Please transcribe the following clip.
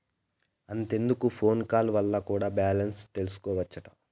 అంతెందుకు phone call వల్ల కూడా బాలెన్స్ తెల్సికోవచ్చట